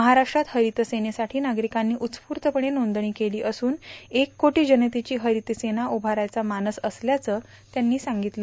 महाराष्ट्रात हरित सेनेसाठी नागरिकांनी उत्स्फूर्त पणे नोंदणी केली असून एक कोटी जनतेची हरित सेना उभारायचा मानस असल्याचं त्यांनी सांगितलं